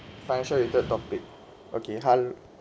financial related topic okay hello